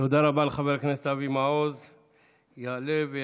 תודה רבה לחבר הכנסת אבי מעוז.